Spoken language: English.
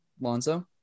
Lonzo